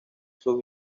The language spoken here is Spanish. sus